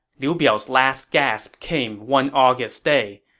liu biao's last gasp came one august day,